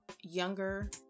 younger